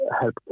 Help